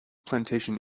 plantation